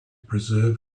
preserve